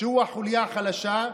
שהוא החוליה החלשה,